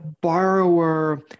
borrower